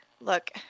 Look